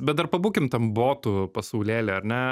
bet dar pabūkim tam botų pasaulėly ar ne